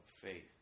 faith